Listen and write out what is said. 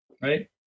right